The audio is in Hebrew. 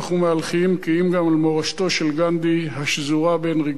כי אם גם על מורשתו של גנדי השזורה בין רגבי ארץ-ישראל.